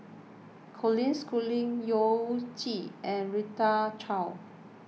Colin Schooling Yao Zi and Rita Chao